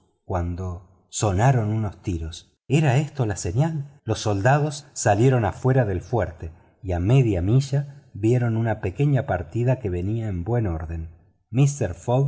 cuando sonaron unos tiros era esto una señal los soldados salieron afuera del fuerte y a media milla vieron una pequena partida que venía en buen orden mister